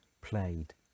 played